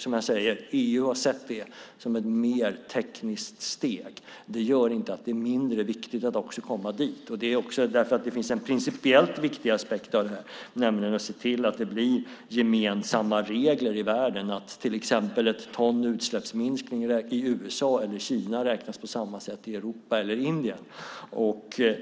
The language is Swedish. Som jag säger har EU sett det som ett mer tekniskt steg. Det gör inte att det vore mindre viktigt att också komma dit, också därför att det finns en principiellt viktig aspekt av detta, nämligen att se till att det blir gemensamma regler i världen, att till exempel ett ton utsläppsminskning i USA eller i Kina räknas på samma sätt i Europa eller Indien.